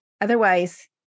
Otherwise